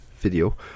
video